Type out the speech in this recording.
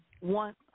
One